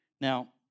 Now